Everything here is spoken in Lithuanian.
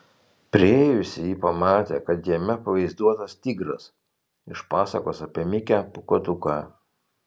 priėjusi ji pamatė kad jame pavaizduotas tigras iš pasakos apie mikę pūkuotuką